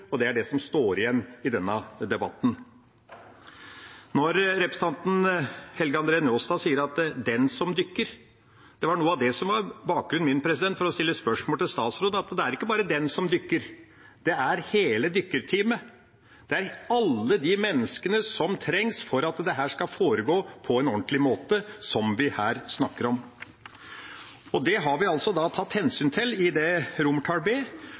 og det er det som står igjen i denne debatten. Representanten Helge André Njåstad snakket om den som dykker. Det var noe av bakgrunnen min for å stille spørsmål til statsråden. Det er ikke bare den som dykker; det er hele dykkerteamet. Det er alle de menneskene som trengs for at dette skal foregå på en ordentlig måte, vi her snakker om. Det har vi altså tatt hensyn til i romertallene under B,